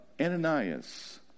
Ananias